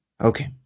Okay